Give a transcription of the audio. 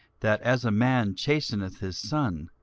that, as a man chasteneth his son,